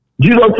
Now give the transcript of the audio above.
Jesus